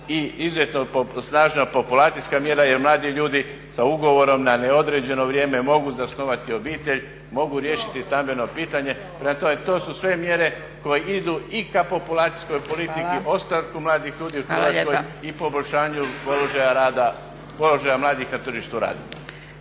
i izuzetno snažna populacijska mjera jer mladi ljudi sa ugovorom na neodređeno vrijeme mogu zasnovati obitelj, mogu riješiti stambeno pitanje. Prema tome, to su sve mjere koje idu i ka populacijskoj politici, ostanku mladih ljudi u Hrvatskoj i poboljšanju položaja mladih na tržištu rada.